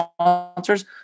sponsors